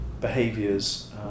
behaviors